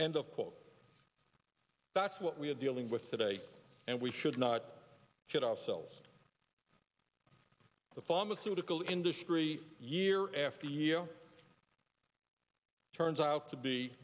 course that's what we're dealing with today and we should not kid ourselves the pharmaceutical industry year after year turns out to be